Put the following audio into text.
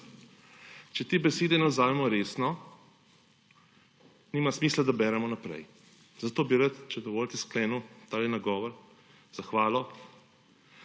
Če te besede ne vzamemo resno, nima smisla, da beremo naprej. Zato bi rad, če dovolite, sklenil tale nagovor, zahvalo